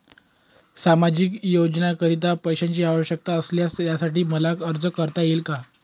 सामाजिक योजनेकरीता पैशांची आवश्यकता असल्यास त्यासाठी मला अर्ज करता येईल का?